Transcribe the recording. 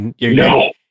No